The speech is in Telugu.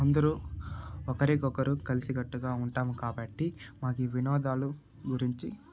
అందరు ఒకరికొకరు కలిసికట్టుగా ఉంటాం కాబట్టి మాకు ఈ వినోదాల గురించి